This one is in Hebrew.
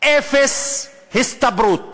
אפס הסתברות